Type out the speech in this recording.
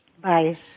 Bye